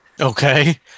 Okay